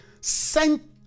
Sent